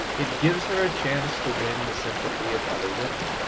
it gives her a chance to win the sympathy of other women,